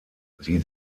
sie